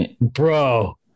bro